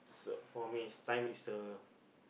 so for me is time is a